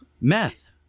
Meth